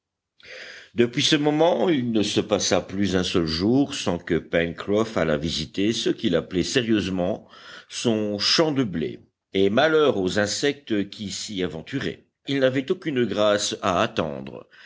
depuis ce moment il ne se passa plus un seul jour sans que pencroff allât visiter ce qu'il appelait sérieusement son champ de blé et malheur aux insectes qui s'y aventuraient ils n'avaient aucune grâce à attendre